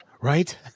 Right